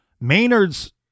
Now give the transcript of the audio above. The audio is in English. Maynard's